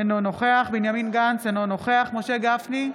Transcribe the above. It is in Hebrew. אינו נוכח בנימין גנץ, אינו נוכח משה גפני,